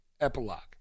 epilogue